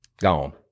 gone